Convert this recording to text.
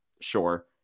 Sure